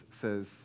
says